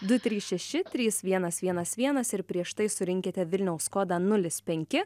du trys šeši trys vienas vienas vienas ir prieš tai surinkite vilniaus kodą nulis penki